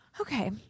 Okay